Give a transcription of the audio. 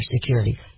security